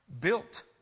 built